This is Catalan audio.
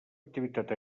activitat